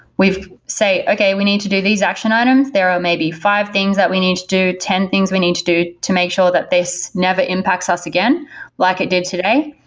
we say, okay. we need to do these action items. there are maybe five things that we need to, ten things we need to do to make sure that this never impacts us again like it did today,